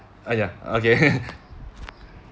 !aiya! okay